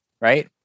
Right